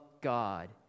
God